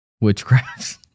witchcraft